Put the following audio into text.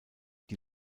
die